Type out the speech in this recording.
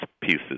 pieces